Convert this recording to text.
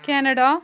Canada